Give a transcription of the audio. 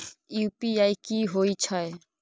UPI की होई छै?